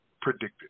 predicted